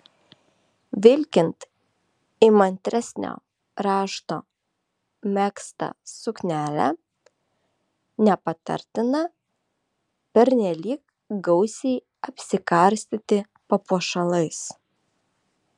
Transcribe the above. vilkint įmantresnio rašto megztą suknelę nepatartina pernelyg gausiai apsikarstyti papuošalais